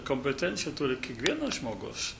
kompetenciją turi kiekvienas žmogus